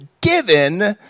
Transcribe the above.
given